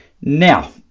Now